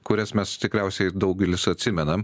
kurias mes tikriausiai daugelis atsimenam